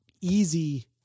easy